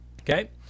okay